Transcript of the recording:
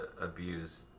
abuse